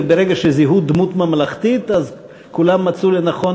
וברגע שזיהו דמות ממלכתית כולם מצאו לנכון